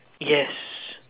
yes